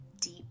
deep